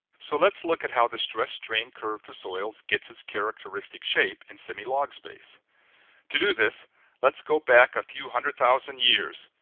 so let's look at how the stress-strain curve for soils gets its characteristic shape in semi-log space to do this let's go back a few hundred thousand year,